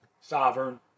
sovereign